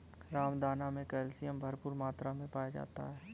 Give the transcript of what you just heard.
रामदाना मे कैल्शियम भरपूर मात्रा मे पाया जाता है